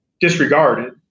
disregarded